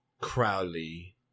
Crowley